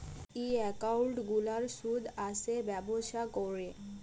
ই account গুলার সুদ আসে ব্যবছা ক্যরে